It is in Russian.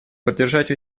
поддержать